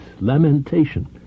Lamentation